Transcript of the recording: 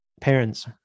parents